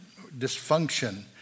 dysfunction